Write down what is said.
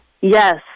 Yes